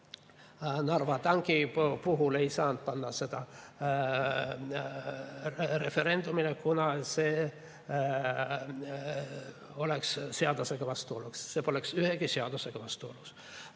Narva tanki puhul ei saanud panna seda referendumile, kuna see oleks seadusega vastuolus. See poleks ühegi seadusega vastuolus.